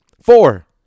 Four